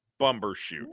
Bumbershoot